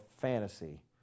fantasy